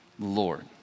Lord